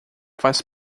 faz